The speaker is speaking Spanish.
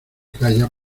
calla